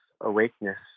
awakeness